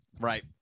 Right